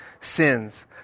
sins